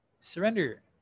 surrender